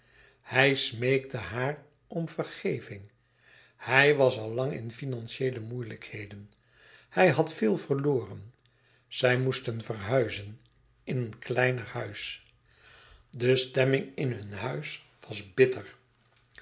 hij smeekte haar om vergeving hij was al lang in financieele moeilijkheden hij had veel verloren zij moesten verhuizen in een kleiner huis de stemming in hun huis was bitter